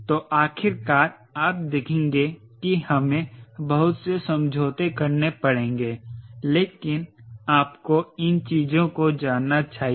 तो आखिरकार आप देखेंगे कि हमें बहुत से समझौते करने पड़ेंगे लेकिन आपको इन चीजों को जानना चाहिए